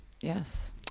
Yes